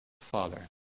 Father